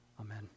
Amen